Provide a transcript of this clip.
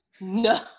no